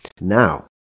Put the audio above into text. Now